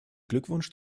glückwunsch